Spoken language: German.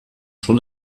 schon